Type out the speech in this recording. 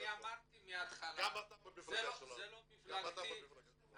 אמרתי מהתחלה שזה לא מפלגתי.